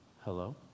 hello